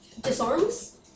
disarms